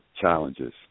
challenges